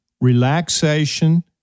relaxation